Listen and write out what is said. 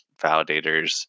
validators